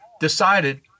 decided